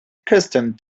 accustomed